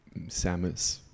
Samus